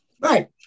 Right